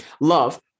Love